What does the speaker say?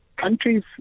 Countries